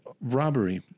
robbery